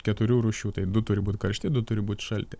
keturių rūšių tai du turi būt karšti du turi būt šalti